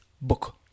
book